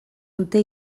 dute